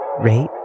rate